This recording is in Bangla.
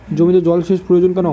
জমিতে জল সেচ প্রয়োজন কেন?